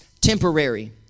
temporary